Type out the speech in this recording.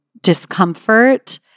discomfort